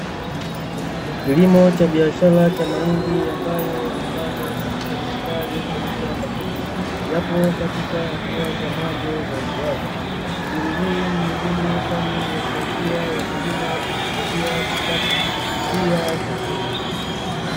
Kilimo cha biashara cha mahindi, ambayo yamepandwa katika mistari kwenye shamba kubwa, yapo katika hatua ya mwanzo ya ukuaji. Shughuli hii ni muhimu, kwani huwasaidia wakulima kujipatia kipato, pia chakula.